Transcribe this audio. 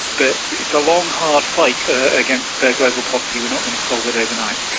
but it's a long, hard fight against ah global poverty. we're not going to solve it overnight.